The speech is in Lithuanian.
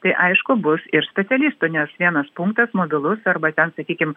tai aišku bus ir specialistų nes vienas punktas mobilus arba ten sakykim